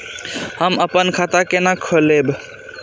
हम अपन खाता केना खोलैब?